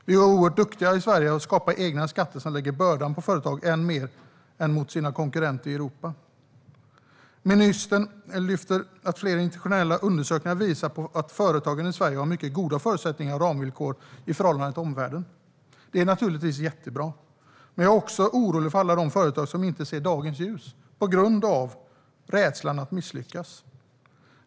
Vi är i Sverige oerhört duktiga på att skapa egna skatter som lägger bördan på företag än mer än på deras konkurrenter i Europa. Ministern lyfter fram att flera internationella undersökningar visar att företagen i Sverige har mycket goda förutsättningar och ramvillkor i förhållande till omvärlden. Det är naturligtvis jättebra. Men jag är också orolig för alla de företag som aldrig ser dagens ljus på grund av rädslan att misslyckas.